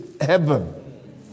Heaven